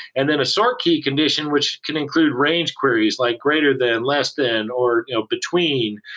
and then a sort key condition which can include range queries, like greater than, less than, or between.